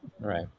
Right